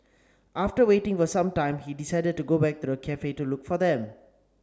after waiting for some time he decided to go back to the cafe to look for them